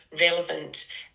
relevant